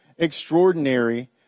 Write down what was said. extraordinary